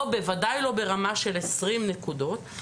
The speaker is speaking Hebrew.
לא בוודאי, ולא ברמה של 20 נקודות.